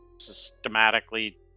systematically